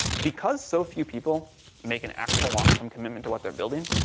because so few people make an actual long term commitment to what they're building,